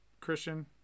Christian